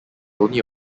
only